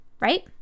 Right